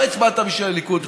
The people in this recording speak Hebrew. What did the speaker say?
לא הצבעת בשביל הליכוד,